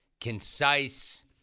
concise